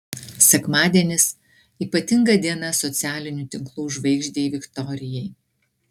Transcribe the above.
sekmadienis ypatinga diena socialinių tinklų žvaigždei viktorijai